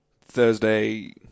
Thursday